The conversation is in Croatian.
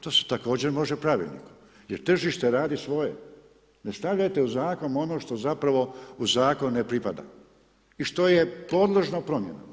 To se također može pravilnikom jer tržište radi svoje, ne stavljajte u zakon ono što zapravo u zakon ne pripada i što je podložno promjenama.